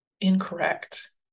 incorrect